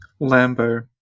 Lambo